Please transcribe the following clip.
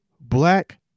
black